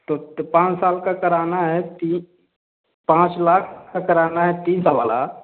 तो तो पाँच साल का कराना है तीन पाँच लाख का कराना है तीन साल वाला